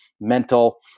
mental